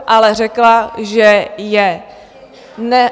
Ale řekla, že je ne...